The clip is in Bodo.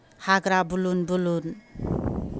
हाग्रा बुलुन बुलुन